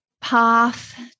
path